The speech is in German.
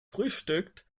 frühstückt